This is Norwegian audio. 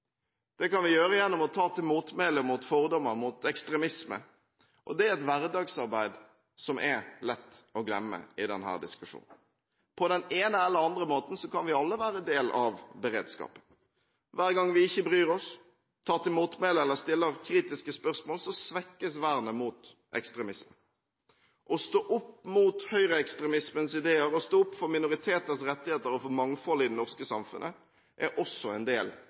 Det kan vi gjøre gjennom å ta til motmæle mot fordommer og ekstremisme, og det er et hverdagsarbeid som det er lett å glemme i denne diskusjonen. På den ene eller andre måten kan vi alle være del av beredskapen. Hver gang vi ikke bryr oss, tar til motmæle eller stiller kritiske spørsmål, svekkes vernet mot ekstremisme. Å stå opp mot høyreekstremismens ideer, å stå opp for minoriteters rettigheter og for mangfoldet i det norske samfunnet er også en del